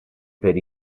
per